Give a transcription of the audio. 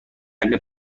بحق